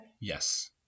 Yes